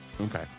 Okay